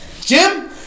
Jim